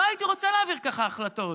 לא הייתי רוצה להעביר ככה החלטות.